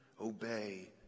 obey